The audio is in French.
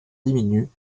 diminuent